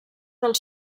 del